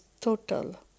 total